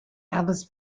elvis